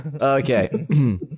Okay